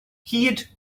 hyd